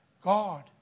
God